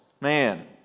Man